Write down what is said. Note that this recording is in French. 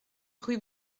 rue